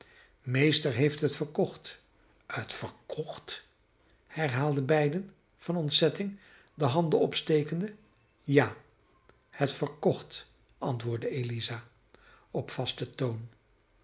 meester heeft het verkocht het verkocht herhaalden beiden van ontzetting de handen opstekende ja het verkocht antwoordde eliza op vasten toon